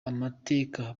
amateka